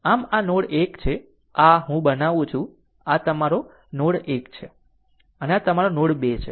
આમ આ નોડ 1 છે આ હું બનાવું છું આ તમારો નોડ 1 છે અને આ તમારો નોડ 2 છે